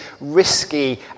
risky